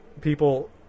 people